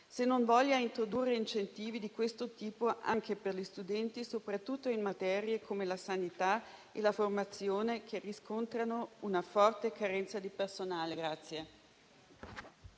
se non voglia introdurre incentivi di questo tipo anche per gli studenti, soprattutto in materie come la sanità e la formazione che riscontrano una forte carenza di personale.